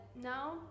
now